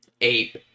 ape